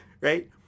right